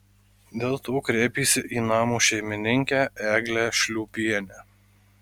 dėl to kreipėsi į namo šeimininkę eglę šliūpienę